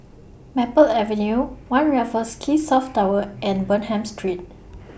Maple Avenue one Raffles Quay South Tower and Bonham Street